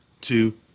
two